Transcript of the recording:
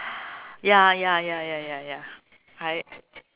ya ya ya ya ya I